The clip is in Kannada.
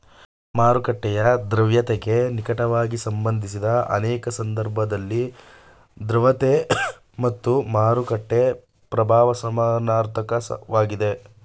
ಮಾರುಕಟ್ಟೆಯ ದ್ರವ್ಯತೆಗೆ ನಿಕಟವಾಗಿ ಸಂಬಂಧಿಸಿದ ಅನೇಕ ಸಂದರ್ಭದಲ್ಲಿ ದ್ರವತೆ ಮತ್ತು ಮಾರುಕಟ್ಟೆ ಪ್ರಭಾವ ಸಮನಾರ್ಥಕ ವಾಗಿದೆ